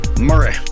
Murray